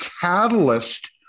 catalyst